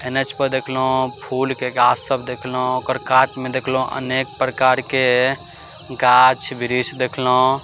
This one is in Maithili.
एन एच पर देखलहुँ फूलके गाछ सब देखलहुँ ओकर कातमे देखलहुँ अनेक प्रकारके गाछ वृक्ष देखलहुँ